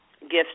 gifts